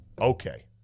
Okay